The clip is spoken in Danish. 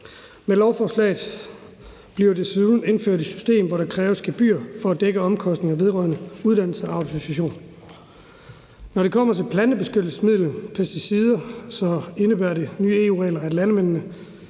Med lovforslaget bliver der desuden indført et system, hvor der kræves gebyr for at dække omkostninger vedrørende uddannelse og autorisation. Når det kommer til plantebeskyttelsesmidler og pesticider, indebærer de nye EU-regler, at landmændene